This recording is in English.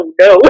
no